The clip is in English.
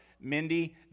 Mindy